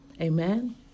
Amen